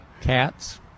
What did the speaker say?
Cats